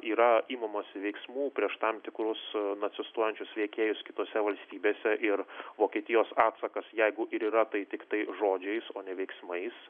yra imamasi veiksmų prieš tam tikrus nacistuojančius veikėjus kitose valstybėse ir vokietijos atsakas jeigu ir yra tai tiktai žodžiais o ne veiksmais